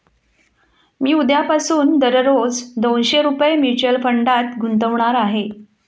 मी उद्यापासून दररोज दोनशे रुपये म्युच्युअल फंडात गुंतवणार आहे